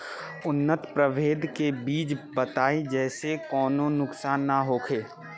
उन्नत प्रभेद के बीज बताई जेसे कौनो नुकसान न होखे?